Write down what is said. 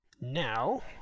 Now